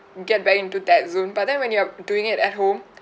get back into that zone but then when you're doing it at home